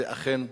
זה אכן נחוץ,